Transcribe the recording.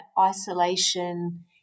isolation